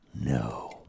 no